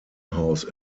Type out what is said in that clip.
house